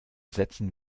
setzen